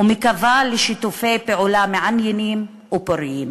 ואני מקווה לשיתופי פעולה מעניינים ופוריים.